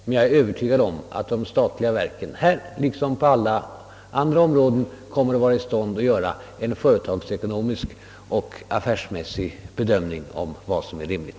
Men jag är övertygad om att de statliga verken här liksom på and ra områden kommer att vara i stånd att göra en företagsekonomisk och affärsmässig bedömning av vad som är rimligt.